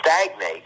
stagnate